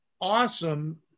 awesome